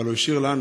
אבל הוא השאיר לנו